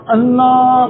Allah